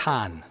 Tan